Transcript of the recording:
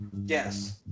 Yes